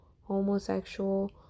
homosexual